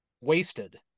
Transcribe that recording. wasted